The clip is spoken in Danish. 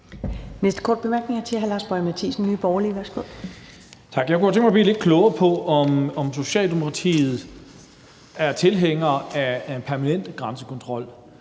næste korte bemærkning er til hr. Lars Boje Mathiesen, Nye Borgerlige. Værsgo. Kl. 15:35 Lars Boje Mathiesen (NB): Tak. Jeg kunne godt tænke mig at blive lidt klogere på, om Socialdemokratiet er tilhænger af en permanent grænsekontrol,